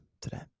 today